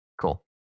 Cool